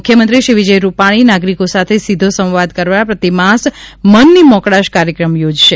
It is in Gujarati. મુખ્યમંત્રીશ્રી વિજયભાઇ રૂપાણી નાગરિકો સાથે સીધો સંવાદ કરવા પ્રતિમાસ મનની મોકળાશ કાર્યક્રમ યોજશે